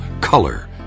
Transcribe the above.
color